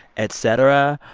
et cetera,